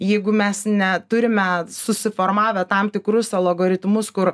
jeigu mes neturime susiformavę tam tikrus algoritmus kur